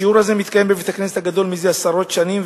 השיעור הזה מתקיים בבית-הכנסת הגדול מזה עשרות שנים,